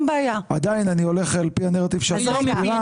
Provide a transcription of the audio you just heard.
עדיין אני הולך לפי הנרטיב שאת מסבירה.